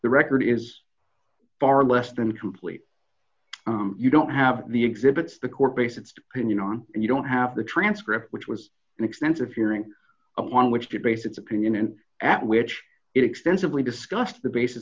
the record is far less than complete you don't have the exhibits the court base it's been you know on and you don't have the transcript which was an expensive hearing upon which to base its opinion and at which it extensively discussed the basi